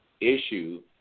issue